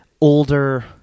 older